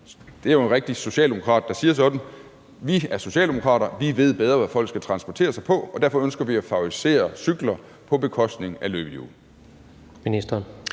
det er jo en rigtig socialdemokrat, der siger sådan: Vi er socialdemokrater; vi ved bedre, hvad folk skal transportere sig på, og derfor ønsker vi at favorisere cykler på bekostning af løbehjul.